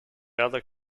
other